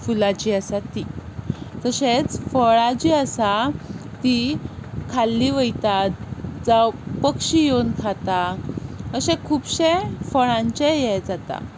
फुलां जीं आसा तीं तशेंच फळां जीं आसा तीं खाल्लीं वतात जावं पक्षी येवन खाता अशे खुबशे फळांचे हें जाता